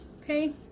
Okay